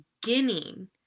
beginning